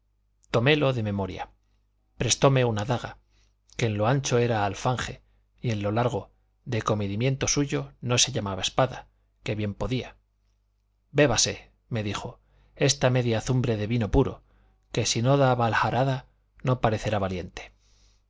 tomélo de memoria prestóme una daga que en lo ancho era alfanje y en lo largo de comedimiento suyo no se llamaba espada que bien podía bébase me dijo esta media azumbre de vino puro que si no da vaharada no parecerá valiente